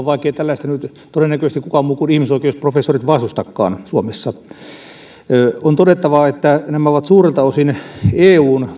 vaikkei tällaista nyt todennäköisesti kukaan muu kuin ihmisoikeusprofessorit vastusta suomessa on todettava että tämä on suurelta osin eun